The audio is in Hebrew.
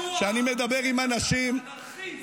כשאני מדבר עם אנשים ------ אנרכיסט,